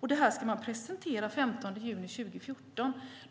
och det ska presenteras den 15 juni 2014.